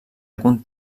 algun